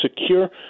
secure